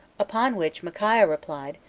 upon which micaiah replied,